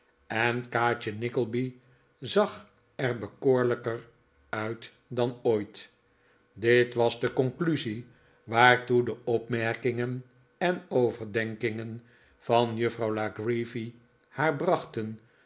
en kaatje nickleby zag er bekoorlijker uit dan ooit dit was de conclusie waartoe de opmerkingen en overdenkingen van juffrouw la creevy haar brachten